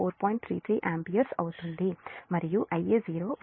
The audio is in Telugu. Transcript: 33 Amp అవుతుంది